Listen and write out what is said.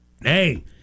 Hey